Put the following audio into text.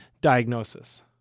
diagnosis